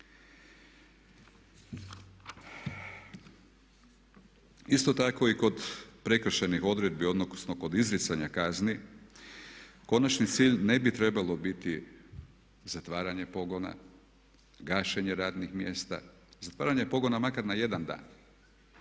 Isto tako i kod prekršajnih odredbi odnosno kod izricanja kazni konačni cilj ne bi trebao biti zatvaranje pogona, gašenje radnih mjesta, zatvaranje pogona makar na jedan dan